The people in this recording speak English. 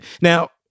Now